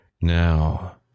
Now